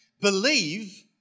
believe